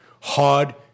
hard